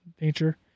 nature